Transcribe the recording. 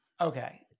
Okay